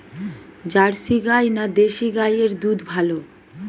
Jersey গাই না দেশী গাইয়ের দুধ ভালো?